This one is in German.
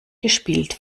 gespielt